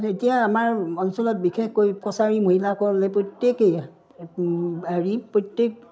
এতিয়া আমাৰ অঞ্চলত বিশেষকৈ কছাৰী মহিলাসকলে প্ৰত্যেকেই হেৰি প্ৰত্যেক